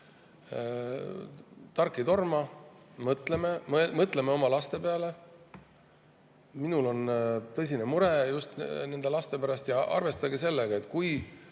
Tark ei torma. Mõtleme oma laste peale. Minul on tõsine mure just laste pärast. Arvestage sellega, et kui